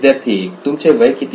विद्यार्थी 1 तुमचे वय किती